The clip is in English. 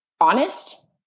honest